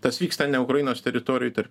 tas vyksta ne ukrainos teritorijoj tarp